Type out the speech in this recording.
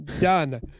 Done